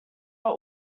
are